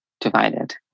divided